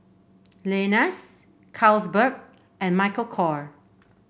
Lenas Carlsberg and Michael Kor